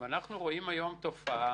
דיווח כאמור יימסר לוועדה,